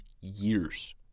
years